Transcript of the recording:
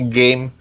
game